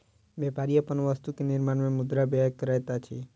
व्यापारी अपन वस्तु के निर्माण में मुद्रा व्यय करैत अछि